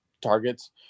targets